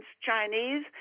Chinese